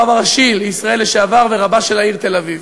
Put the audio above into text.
הרב הראשי לישראל לשעבר ורבה של העיר תל-אביב.